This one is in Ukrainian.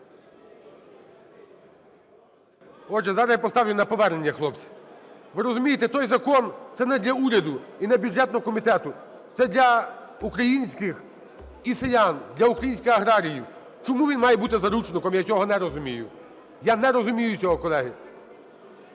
зараз я поставлю на повернення, хлопці. Ви розумієте, той закон, це не для уряду і не бюджетного комітету, це для українських і селян, для українських аграріїв. Чому він має бути заручником, я цього не розумію. Я не розумію цього, колеги.